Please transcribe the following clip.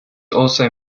also